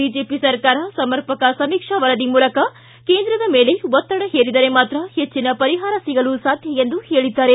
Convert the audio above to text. BJP ಸರ್ಕಾರ ಸಮರ್ಪಕ ಸಮೀಕ್ಷಾ ವರದಿ ಮೂಲಕ ಕೇಂದ್ರದ ಮೇಲೆ ಒತ್ತಡ ಹೇರಿದರೆ ಮಾತ್ರ ಹೆಚ್ಚಿನ ಪರಿಹಾರ ಸಿಗಲು ಸಾಧ್ಯ ಎಂದು ಹೇಳಿದ್ದಾರೆ